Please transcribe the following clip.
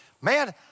man